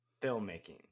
filmmaking